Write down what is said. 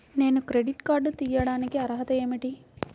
నేను credit card తీయడానికి అర్హత ఏమిటి?